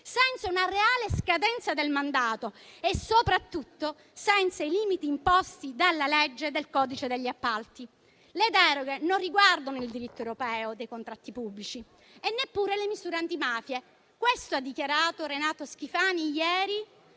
e la reale scadenza del mandato e soprattutto senza i limiti imposti dalla legge del codice degli appalti. Le deroghe non riguardano il diritto europeo dei contratti pubblici e neppure le misure antimafia; questo ha dichiarato Renato Schifani ieri